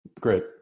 Great